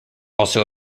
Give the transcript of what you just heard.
also